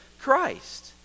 Christ